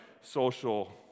social